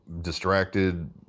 distracted